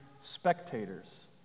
spectators